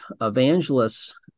evangelists